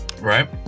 Right